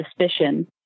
suspicion